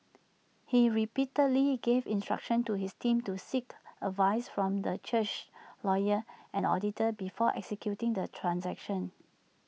he repeatedly gave instructions to his team to seek advice from the church's lawyers and auditors before executing the transactions